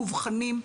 מובחנים,